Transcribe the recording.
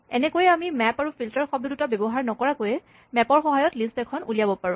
এনেকৈয়ে আমি মেপ আৰু ফিল্টাৰ শব্দ দুটা ব্যৱহাৰ নকৰাকৈয়ে মেপ ৰ সহায়ত লিষ্ট এখন উলিয়াব পাৰোঁ